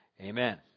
amen